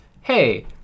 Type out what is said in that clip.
hey